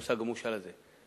המושג המושאל הזה,